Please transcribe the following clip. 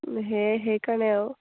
সেই সেইকাৰণে আৰু